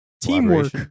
teamwork